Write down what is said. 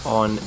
on